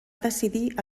decidir